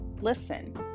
Listen